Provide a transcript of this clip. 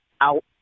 Out